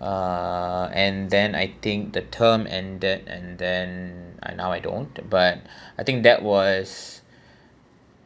uh and then I think the term and that and then I now I don't but I think that was